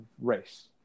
race